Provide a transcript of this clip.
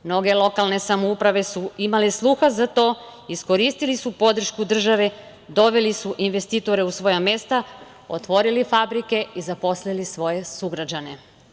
Mnoge lokalne samouprave su imale sluha za to, iskoristili su podršku države, doveli su investitore u svoja mesta, otvorili fabrike i zaposlili svoje sugrađane.